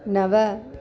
नव